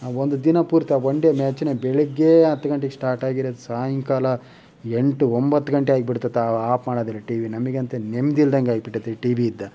ಆ ಒಂದು ದಿನ ಪೂರ್ತಿ ಆ ವನ್ ಡೇ ಮ್ಯಾಚ್ನೆ ಬೆಳಗ್ಗೆ ಹತ್ತು ಗಂಟೆಗೆ ಸ್ಟಾರ್ಟ್ ಆಗಿರೋದು ಸಾಯಂಕಾಲ ಎಂಟು ಒಂಬತ್ತು ಗಂಟೆ ಆಗ್ಬಿಟ್ಟಿರ್ತೈತೆ ಆ ಆಫ್ ಮಾಡೋದಿಲ್ಲ ಟಿವಿ ನಮಗೆ ಅಂತೂ ನೆಮ್ಮದಿ ಇಲ್ದಂಗೆ ಆಗ್ಬಿಟ್ಟಿದೆ ಟಿವಿಯಿಂದ